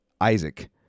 Isaac